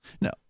No